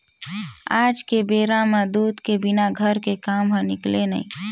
आज के बेरा म दूद के बिना घर के काम ह निकलय नइ